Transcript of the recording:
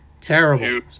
terrible